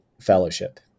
fellowship